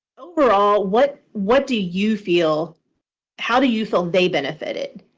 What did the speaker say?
overall what what do you feel how do you feel they benefited?